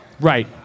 Right